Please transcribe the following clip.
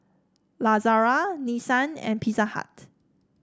Lazada Nissan and Pizza Hut